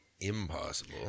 impossible